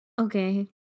Okay